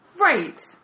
Right